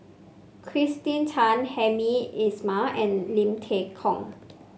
Kirsten Tan Hamed Ismail and Lim Tay Kong